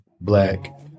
black